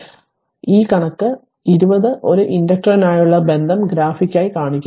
അതിനാൽ ഈ കണക്ക് 20 ഒരു ഇൻഡക്റ്ററിനായുള്ള ബന്ധം ഗ്രാഫിക്കായി കാണിക്കുന്നു